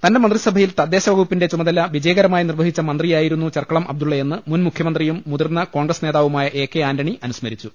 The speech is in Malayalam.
തന്റെ മന്ത്രിസഭയിൽ തദ്ദേശ വകുപ്പിന്റെ ചുമതല വളരെ വിജ യകരമായി നിർവഹിച്ച മന്ത്രിയായിരുന്നു ചെർക്കളം അബ്ദുള്ള യെന്ന് മുൻ മുഖ്യമന്ത്രിയും മുതിർന്ന കോൺഗ്രസ് നേതാവുമായ എ കെ ആന്റണി അനുസ്മരിച്ചു